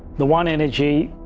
the one energy